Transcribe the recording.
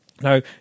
Now